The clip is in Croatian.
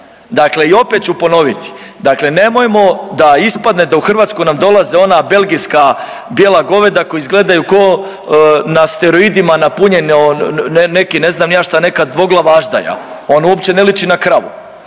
Dakle i opet ću ponoviti, dakle nemojmo da ispadne da u Hrvatsku nam dolaze ona belgijska bijela goveda koja izgledaju k'o na steroidima napunjeno neki, ne znam i ja šta, neka dvoglava aždaja, on uopće ne liči na kravu,